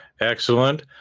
Excellent